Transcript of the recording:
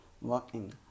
working